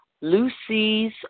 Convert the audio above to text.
Lucy's